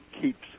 keeps